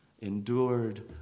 endured